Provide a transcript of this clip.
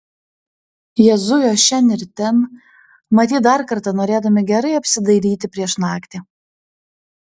jie zujo šen ir ten matyt dar kartą norėdami gerai apsidairyti prieš naktį